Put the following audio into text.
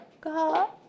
God